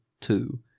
two